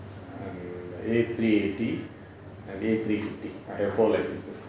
and A three eighty and A three fifty I have four licences